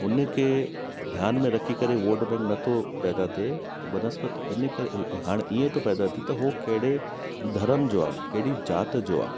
उनखे ध्यानु में रखी करे वोट बैंक नथो पैदा थिए बनसपत इनखे हाणे ईअं पैदा थिए त हो कहिड़े धर्म जो आहे कहिड़ी जात जो आहे